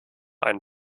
einen